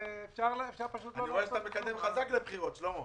אני רואה שאתה מקדם חזק לבחירות, שלמה.